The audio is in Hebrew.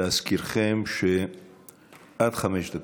להזכירכם, עד חמש דקות.